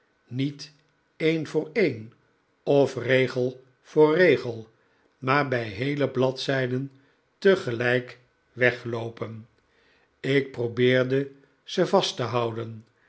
niet een voor een of regel voor regel maar bij heele bladzijden tegelijk wegloopen ik probeerde ze vast te houden